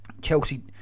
Chelsea